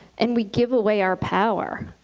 and we give away our power.